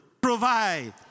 provide